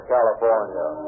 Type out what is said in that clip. California